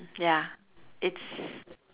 ya it's